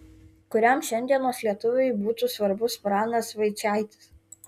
kuriam šiandienos lietuviui būtų svarbus pranas vaičaitis